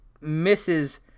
misses